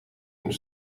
hun